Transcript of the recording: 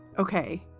ok,